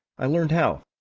i learned how.